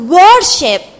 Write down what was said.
worship